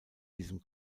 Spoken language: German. diesem